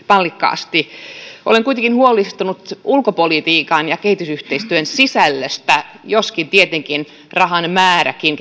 mallikkaasti olen kuitenkin huolestunut ulkopolitiikan ja kehitysyhteistyön sisällöstä joskin tietenkin rahan määräkin